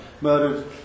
murdered